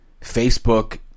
Facebook